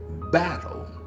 battle